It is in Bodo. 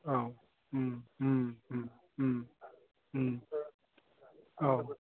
औ औ